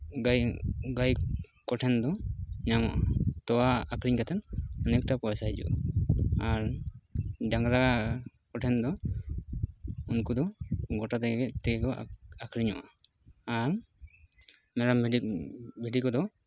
ᱜᱟᱹᱭ ᱜᱟᱹᱭ ᱠᱚᱴᱷᱮᱱ ᱫᱚ ᱧᱟᱢᱚᱜᱼᱟ ᱛᱚᱣᱟ ᱟᱠᱷᱨᱤᱧ ᱠᱟᱛᱮᱫ ᱚᱱᱮᱠᱴᱟ ᱯᱚᱭᱥᱟ ᱦᱤᱡᱩᱜᱼᱟ ᱟᱨ ᱰᱟᱝᱨᱟ ᱠᱚᱴᱷᱮᱱ ᱫᱚ ᱩᱱᱠᱩ ᱫᱚ ᱜᱳᱴᱟ ᱛᱮᱜᱮ ᱛᱮᱠᱚ ᱟᱠᱷᱨᱤᱧᱚᱜᱼᱟ ᱟᱨ ᱢᱮᱨᱚᱢ ᱵᱷᱤᱰᱤ ᱠᱚᱫᱚ